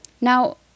Now